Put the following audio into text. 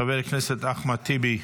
חבר הכנסת אחמד טיבי,